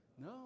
No